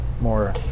more